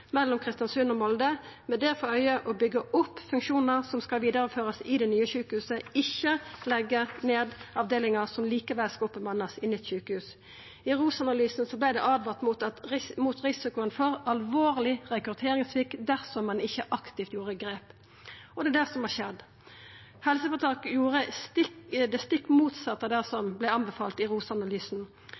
mellom Kristiansund og Molde med det for auge å byggja opp funksjonar som skal vidareførast i det nye sjukehuset – ikkje leggja ned avdelingar som likevel skal bemannast opp i nytt sjukehus. I ROS-analysen vart det åtvara mot risikoen for alvorleg rekrutteringssvikt dersom ein ikkje aktivt gjorde grep. Og det er det som har skjedd. Helseføretaket gjorde det stikk motsette av det som var anbefalt i